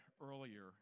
earlier